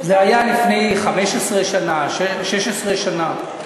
זה היה לפני 15 שנה, 16 שנה.